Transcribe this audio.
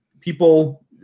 people